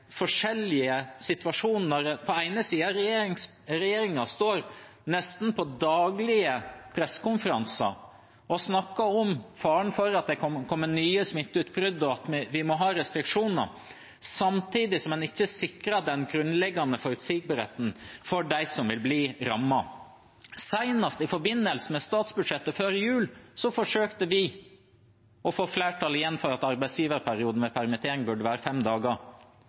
ene siden står regjeringen nesten på daglige pressekonferanser og snakker om faren for at det kan komme nye smitteutbrudd, og at vi må ha restriksjoner, samtidig som en ikke sikrer den grunnleggende forutsigbarheten for dem som vil bli rammet. Senest i forbindelse med statsbudsjettet før jul forsøkte vi å få flertall igjen for at arbeidsgiverperioden ved permittering burde være fem dager.